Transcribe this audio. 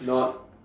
not